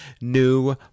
new